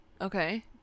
okay